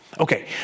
Okay